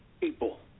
people